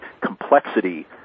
complexity